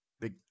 big